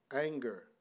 anger